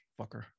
fucker